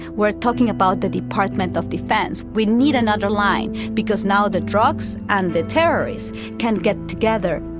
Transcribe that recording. we're talking about the department of defense. we need another line because now the drugs and the terrorists can get together